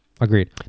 Agreed